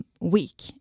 week